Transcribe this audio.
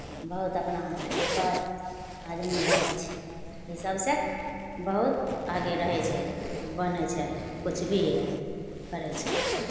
बहुत अपनासँ आदमी रहै छै ई सभसँ बहुत आगे रहै छै बनै छै किछु भी करै छै